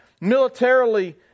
militarily